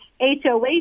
HOA